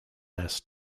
mass